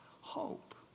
hope